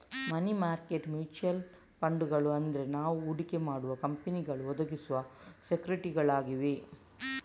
ಮನಿ market mutual ಫಂಡುಗಳು ಅಂದ್ರೆ ನಾವು ಹೂಡಿಕೆ ಮಾಡುವ ಕಂಪನಿಗಳು ಒದಗಿಸುವ ಸೆಕ್ಯೂರಿಟಿಗಳಾಗಿವೆ